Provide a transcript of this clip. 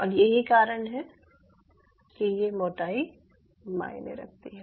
और यही कारण है कि यह मोटाई मायने रखती है